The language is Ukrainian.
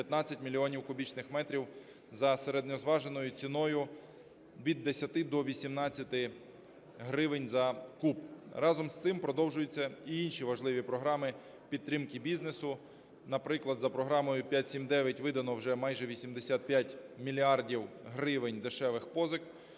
15 мільйонів кубічних метрів за середньозваженою ціною від 10 до 18 гривень за куб. Разом з цим продовжуються і інші важливі програми підтримки бізнесу. Наприклад, за програмою "5-7-9" видано вже майже 85 мільярдів гривень дешевих позик.